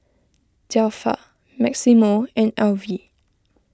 Zelpha Maximo and Alvy